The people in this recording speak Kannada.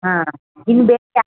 ಹಾಂ ನಿಂಗೆ